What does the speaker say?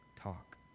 talk